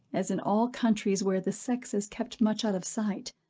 as in all countries where the sex is kept much out of sight,